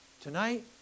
Tonight